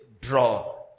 draw